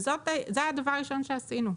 וזה הדבר הראשון שעשינו.